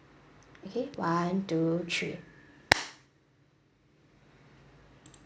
okay one two three